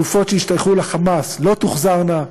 גופות שישתייכו ל"חמאס" לא תוחזרנה.